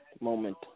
moment